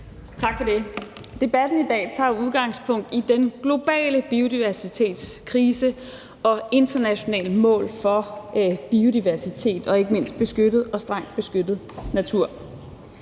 Tak for det. Debatten i dag tager udgangspunkt i den globale biodiversitetskrise og internationale mål for biodiversitet og ikke mindst beskyttet og strengt beskyttet natur.